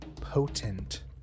potent